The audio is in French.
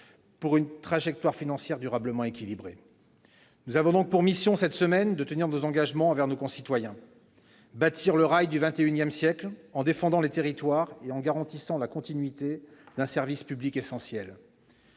pour une trajectoire financière durablement équilibrée. Nous avons donc pour mission cette semaine de tenir nos engagements envers nos concitoyens : bâtir le rail du XXI siècle en défendant les territoires et en garantissant la continuité d'un service public essentiel.